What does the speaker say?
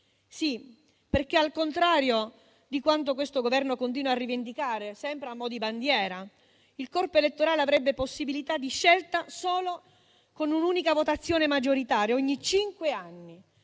perché, al contrario di quanto questo Governo continua a rivendicare sempre a mo' di bandiera, il corpo elettorale avrebbe possibilità di scelta solo con un'unica votazione maggioritaria ogni cinque anni